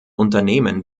unternehmen